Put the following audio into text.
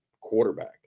quarterback